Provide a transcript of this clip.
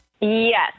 Yes